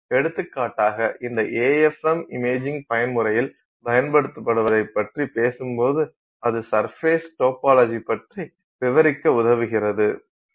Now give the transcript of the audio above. எடுத்துக்காட்டாக இந்த AFM imaging பயன்முறையில் பயன்படுத்தப்படுவதைப் பற்றி பேசும்போது அது சர்ஃபெஸ் டொபாலாஜி பற்றி விவரிக்க உதவுகிறது